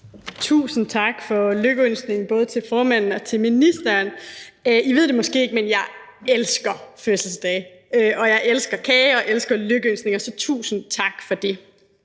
Tusind tak for lykønskningen, både til formanden og til ministeren. I ved det måske ikke, men jeg elsker fødselsdage, og jeg elsker kage og elsker lykønskninger, så tusind tak for det.